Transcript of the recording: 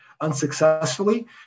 unsuccessfully